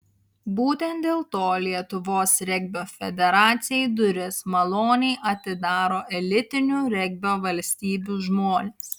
būtent dėl to lietuvos regbio federacijai duris maloniai atidaro elitinių regbio valstybių žmonės